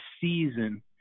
season